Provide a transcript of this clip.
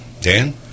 Dan